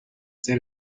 ser